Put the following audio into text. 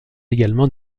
également